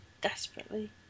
Desperately